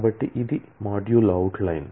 కాబట్టి ఇది module out line